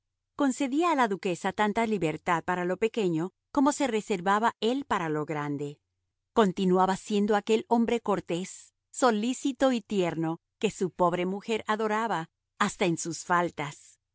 concedía a la duquesa tanta libertad para lo pequeño como se reservaba él para lo grande continuaba siendo aquel hombre cortés solícito y tierno que su pobre mujer adoraba hasta en sus faltas